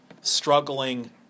struggling